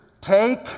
Take